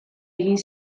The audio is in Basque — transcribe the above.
egin